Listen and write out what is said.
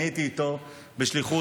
אני הייתי איתו בשליחות,